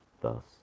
thus